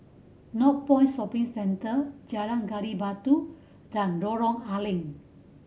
Northpoint Shopping Centre Jalan Gali Batu and Lorong A Leng